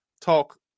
talk